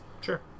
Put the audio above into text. Sure